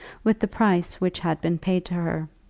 with the price which had been paid to her.